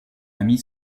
amie